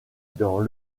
dans